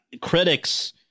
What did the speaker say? critics